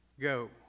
go